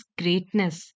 greatness